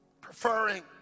preferring